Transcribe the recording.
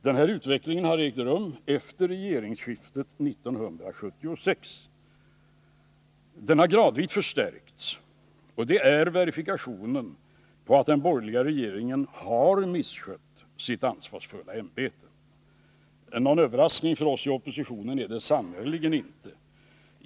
Den här utvecklingen har ägt rum efter regeringsskiftet 1976. Den har gradvis förstärkts, och det är verifikationen på att den borgerliga regeringen har misskött sitt ansvarsfulla ämbete. Någon överraskning för oss i oppositionen är det sannerligen inte.